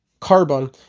Carbon